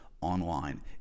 online